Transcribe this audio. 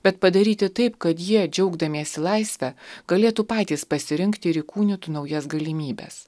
bet padaryti taip kad jie džiaugdamiesi laisve galėtų patys pasirinkti ir įkūnytų naujas galimybes